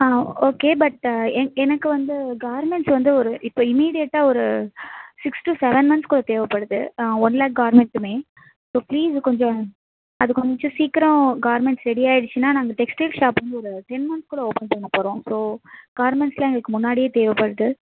ah okay but uh எனக்கு வந்து garments வந்து ஒரு இப்போ இமீடியட்டாக ஒரு சிக்ஸ் டூ செவன் மந்த்ஸ்க்குள்ளே தேவைப்படுது ஒன் லேக் கார்மண்ட்ஸுமே ஸோ ப்ளீஸ் கொஞ்சம் அது கொஞ்சம் சீக்கிரம் கார்மண்ட்ஸ் ரெடி ஆகிடுச்சினா நாங்கள் டெக்ஸ்டைல் ஷாப் வந்து ஒரு டென் மந்த்ஸ்க்குள்ளே ஓப்பன் பண்ணப் போகிறோம் ஸோ கார்மண்ட்ஸெலாம் எங்களுக்கு முன்னாடியே தேவைப்படுது